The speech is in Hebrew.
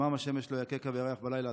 יומם השמש לא יככה וירח בלילה.